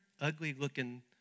ugly-looking